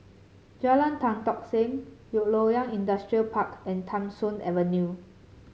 Jalan Tan Tock Seng Loyang Industrial Park and Tham Soong Avenue